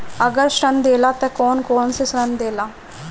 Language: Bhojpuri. अगर ऋण देला त कौन कौन से ऋण देला?